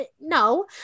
No